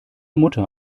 mutter